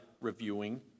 reviewing